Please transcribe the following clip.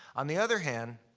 on the other hand,